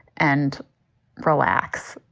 and parallax,